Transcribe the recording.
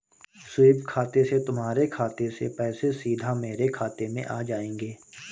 SVEEP खाते से तुम्हारे खाते से पैसे सीधा मेरे खाते में आ जाएंगे